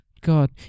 God